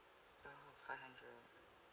the five hundred